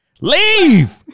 Leave